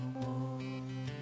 more